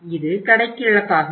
இது கடைக்கு இழப்பாகும்